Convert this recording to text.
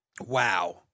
Wow